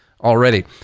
already